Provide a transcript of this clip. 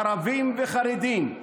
ערבים וחרדים,